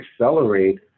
accelerate